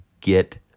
get